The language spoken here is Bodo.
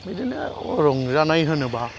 बिदिनो रंजानाय होनोब्ला